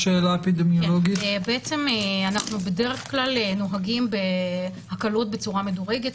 בעצם אנחנו בדרך כלל נוהגים בהקלות בצורה מדורגת,